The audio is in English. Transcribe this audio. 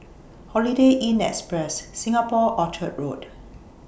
Holiday Inn Express Singapore Orchard Road